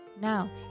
Now